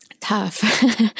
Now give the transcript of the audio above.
tough